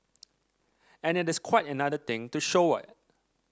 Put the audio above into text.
and it is quite another thing to show it